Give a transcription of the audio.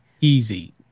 easy